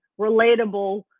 relatable